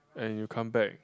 and you come back